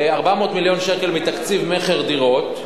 400 מיליון שקל מתקציב מכר דירות,